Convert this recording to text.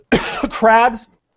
crabs